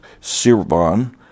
sirvan